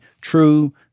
true